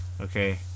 Okay